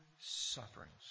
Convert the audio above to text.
Sufferings